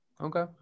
Okay